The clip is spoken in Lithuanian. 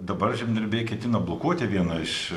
dabar žemdirbiai ketina blokuoti vieną iš